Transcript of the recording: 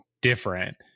different